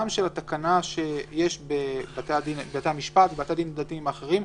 גם של התקנה שיש בבתי המשפט ובבתי הדין הדתיים האחרים,